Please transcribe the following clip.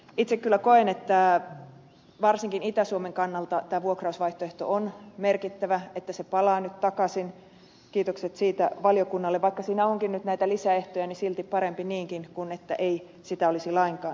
itse kyllä koen että varsinkin itä suomen kannalta tämä vuokrausvaihtoehto on merkittävä se että se palaa nyt takaisin kiitokset siitä valiokunnalle ja vaikka siinä onkin nyt näitä lisäehtoja niin silti parempi niinkin kuin niin että ei sitä olisi lainkaan